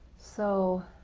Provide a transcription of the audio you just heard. so